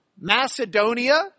Macedonia